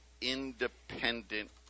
independent